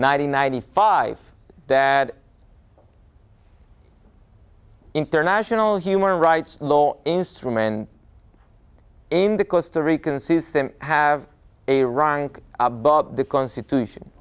ninety ninety five that international human rights law instrumental in the costa rican system have a rank above the constitution